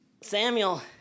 Samuel